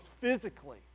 physically